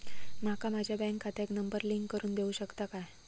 माका माझ्या बँक खात्याक नंबर लिंक करून देऊ शकता काय?